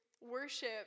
worship